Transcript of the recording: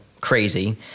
crazy